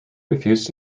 refused